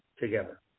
together